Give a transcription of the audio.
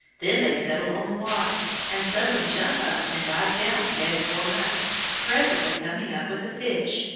then they settle on the water, and suddenly jump up and dive down head foremost, presently coming up with a fish,